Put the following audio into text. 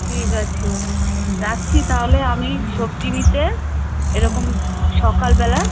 ঠিক আছে রাখছি তাহলে আমি সবজি নিতে এরকম সকালবেলা